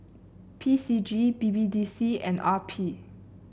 P C G B B D C and R P